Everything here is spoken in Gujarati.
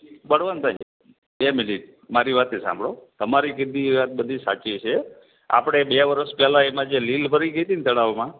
બળવંતભાઈ બે મિનીટ મારી વાત એ સાંભળો તમારી કીધી એ વાત બધી સાચી છે આપણે બે વર્ષ પહેલાં એમાં જે લીલ ભરાઇ ગઇ હતી ને તળાવમાં